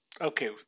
Okay